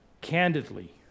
candidly